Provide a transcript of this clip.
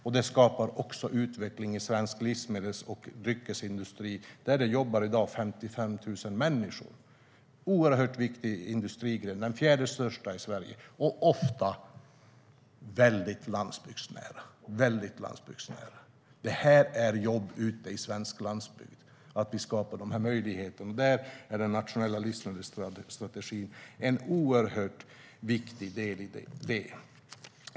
Dessutom skapar det utveckling i svensk livsmedels och dryckesindustri. Där jobbar i dag 55 000 människor. Det är en oerhört viktig industrigren, den fjärde största i Sverige, och den är ofta väldigt landsbygdsnära. När vi skapar dessa möjligheter ger det jobb på den svenska landsbygden, och där är den nationella livsmedelsstrategin en oerhört viktig del.